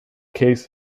case